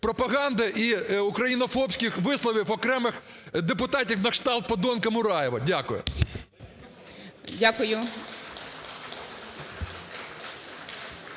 пропаганди і українофобських висловів окремих депутатів на кшталтподонка Мураєва. Дякую.